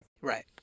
Right